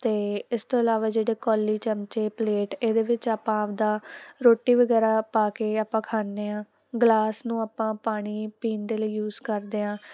ਅਤੇ ਇਸ ਤੋਂ ਇਲਾਵਾ ਜਿਹੜੇ ਕੌਲੀ ਚਮਚੇ ਪਲੇਟ ਇਹਦੇ ਵਿੱਚ ਆਪਾਂ ਆਪਦਾ ਰੋਟੀ ਵਗੈਰਾ ਪਾ ਕੇ ਆਪਾਂ ਖਾਂਦੇ ਹਾਂ ਗਲਾਸ ਨੂੰ ਆਪਾਂ ਪਾਣੀ ਪੀਣ ਦੇ ਲਈ ਯੂਜ਼ ਕਰਦੇ ਹਾਂ